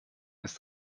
ist